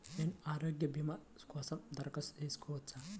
నేను ఆరోగ్య భీమా కోసం దరఖాస్తు చేయవచ్చా?